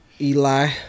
Eli